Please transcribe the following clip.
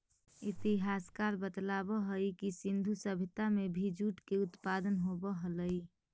इतिहासकार बतलावऽ हई कि सिन्धु सभ्यता में भी जूट के उत्पादन होवऽ हलई